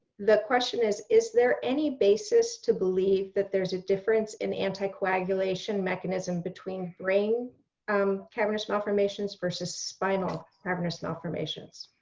the question is is there any basis to believe that there's a difference in anticoagulation mechanism between brain um cavernous malformations versus spinal cavernous malformations?